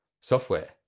software